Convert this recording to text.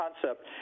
concept